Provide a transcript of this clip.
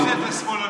בית חרושת לשמאלנים.